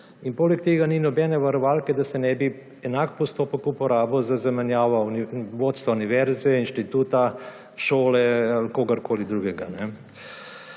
Poleg tega ni nobene varovalke, da se ne bi enak postopek uporabil za zamenjavo vodstva univerze, inštituta, šole ali kogarkoli drugega.